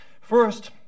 First